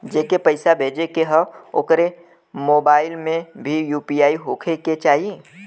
जेके पैसा भेजे के ह ओकरे मोबाइल मे भी यू.पी.आई होखे के चाही?